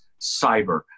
cyber